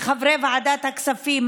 כחברי ועדת הכספים,